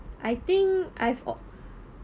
I think I've